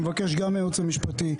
אני מבקש גם מהייעוץ המשפטי,